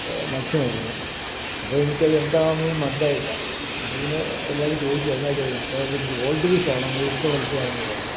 മത്സ്യമായിരുന്നു അപ്പോള് എനിക്കത് എന്താണെന്നൊന്നും മനസ്സിലായില്ല അപ്പോള്പ്പിന്നെ എല്ലാവരോടും ചോദിച്ചു എന്തായിരിക്കും അതെന്ന് അപ്പോള് അത് ഗോൾഡ് ഫിഷാണ് മുഴുത്ത മത്സ്യമാണെന്നു പറഞ്ഞു